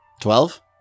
Twelve